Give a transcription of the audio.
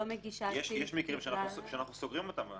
לא מגישה כי --- יש מקרים שאנחנו סוגרים אותם.